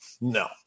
No